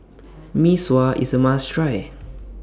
Mee Sua IS A must Try